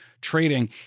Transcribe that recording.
trading